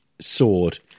sword